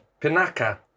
Pinaka